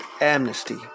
amnesty